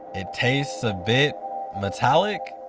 it tastes a bit metallic?